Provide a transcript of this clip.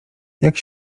jak